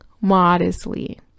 modestly